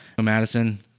Madison